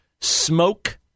smoke